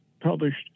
published